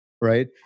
right